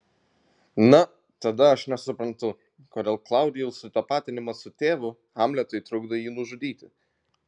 na tada aš nesuprantu kodėl klaudijaus sutapatinimas su tėvu hamletui trukdo jį nužudyti